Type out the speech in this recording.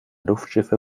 luftschiffe